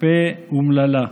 פה אומללה.